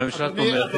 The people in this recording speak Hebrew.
כן תומכת